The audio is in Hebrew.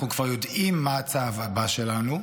אנחנו כבר יודעים מתי הצו הבא שלנו,